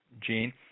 Gene